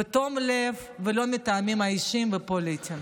בתום לב, ולא מטעמים אישיים ופוליטיים.